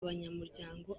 abanyamuryango